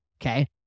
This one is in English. Okay